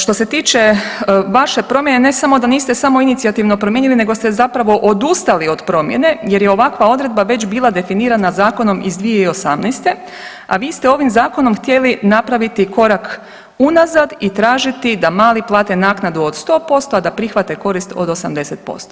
Što se tiče vaše promjene ne samo da niste samoinicijativno promijenili nego ste zapravo odustali od promjene jer je ovakva odredba već bila definirana zakonom iz 2018., a vi ste ovim zakonom htjeli napraviti korak unazad i tražiti da mali plate naknadu od 100%, a da prihvate korist od 80%